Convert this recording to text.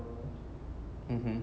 mmhmm